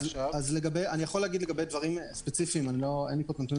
לגבי דברים ספציפיים אין לי פה נתונים